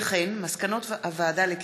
איתן כבל, דב